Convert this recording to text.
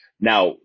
Now